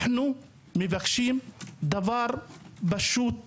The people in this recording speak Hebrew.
אנחנו מבקשים דבר פשוט מאוד,